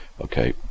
okay